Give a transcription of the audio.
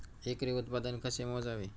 एकरी उत्पादन कसे मोजावे?